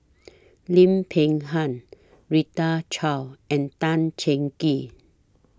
Lim Peng Han Rita Chao and Tan Cheng Kee